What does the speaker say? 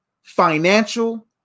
financial